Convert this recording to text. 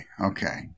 okay